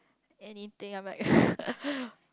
anything I'm like